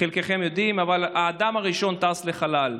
חלקכם יודעים: האדם הראשון טס לחלל.